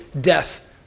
death